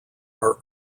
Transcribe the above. are